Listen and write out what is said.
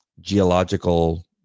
geological